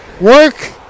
Work